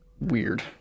weird